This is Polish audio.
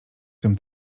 tym